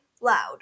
loud